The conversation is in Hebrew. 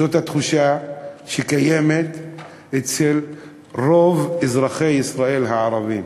זאת התחושה שקיימת אצל רוב אזרחי ישראל הערבים,